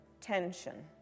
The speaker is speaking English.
tension